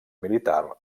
militar